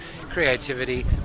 creativity